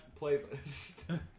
playlist